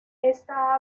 esta